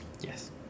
Yes